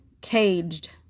caged